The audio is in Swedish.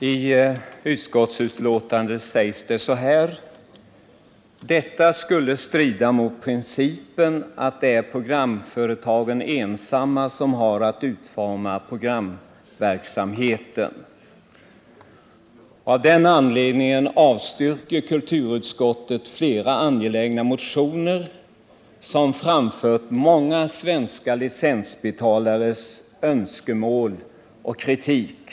I utskottets betänkande sägs: ”Detta skulle strida mot principen att det är programföretagen ensamma som har att utforma programverksamheten.” Av den anledningen avstyrker kulturutskottet flera angelägna motioner som framfört många svenska licensbetalares önskemål och kritik.